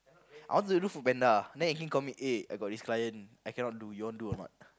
I want to do FoodPanda then call me eh I got this client I cannot do you want do or not